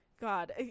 God